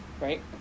right